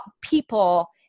people